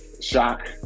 shock